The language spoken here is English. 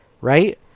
right